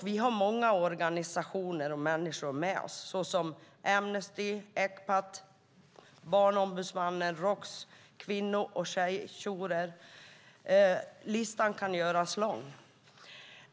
Vi har många organisationer och människor med oss, som Amnesty, Ecpat, Barnombudsmannen, Roks, kvinno och tjejjourer. Listan kan göras lång.